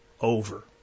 over